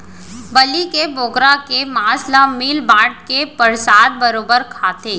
बलि के बोकरा के मांस ल मिल बांट के परसाद बरोबर खाथें